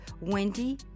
Wendy